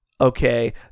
Okay